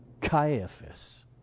Caiaphas